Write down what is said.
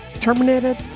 Terminated